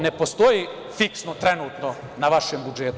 Ne postoji fiksno, trenutno na vašem budžetu.